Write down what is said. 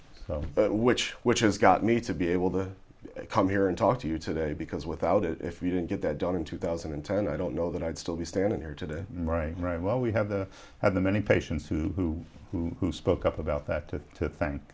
ten which which has got me to be able to come here and talk to you today because without it if we didn't get that done in two thousand and ten i don't know that i'd still be standing here today right well we have the have the many patients who who who spoke up about that to to thank